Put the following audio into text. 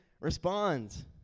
responds